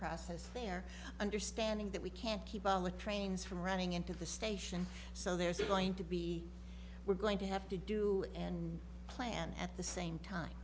process there understanding that we can't keep on the trains from running into the station so there's going to be we're going to have to do and plan at the same time